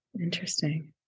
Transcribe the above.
Interesting